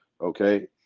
Okay